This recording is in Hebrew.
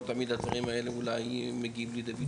שם הדברים האלה אולי לא תמיד מגיעים לידי ביטוי.